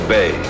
Bay